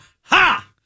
ha